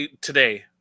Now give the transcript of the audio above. today